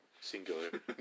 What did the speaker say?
singular